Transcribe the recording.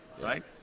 right